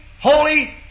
holy